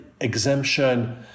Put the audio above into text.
exemption